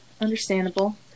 understandable